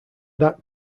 that